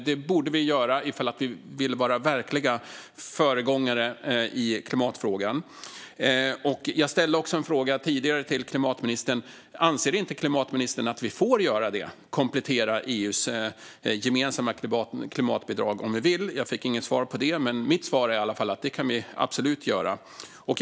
Det borde vi göra om vi vill vara verkliga föregångare i klimatfrågan. Jag ställde också tidigare denna fråga till klimatministern: Anser inte klimatministern att vi får komplettera EU:s gemensamma klimatbidrag om vi vill? Jag fick inget svar, men mitt svar är i alla fall att vi absolut kan göra det.